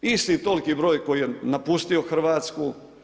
Isti toliki br. koji je napustio Hrvatsku.